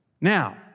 Now